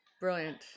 Brilliant